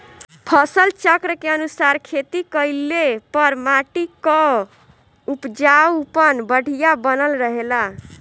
फसल चक्र के अनुसार खेती कइले पर माटी कअ उपजाऊपन बढ़िया बनल रहेला